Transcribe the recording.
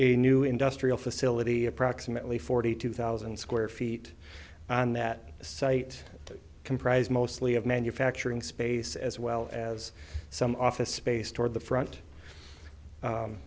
a new industrial facility approximately forty two thousand square feet on that site comprised mostly of manufacturing space as well as some office space toward the front